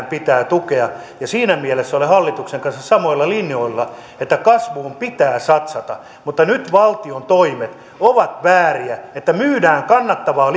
pitää tukea siinä mielessä olen hallituksen kanssa samoilla linjoilla että kasvuun pitää satsata mutta nyt valtion toimet ovat vääriä kun myydään kannattavaa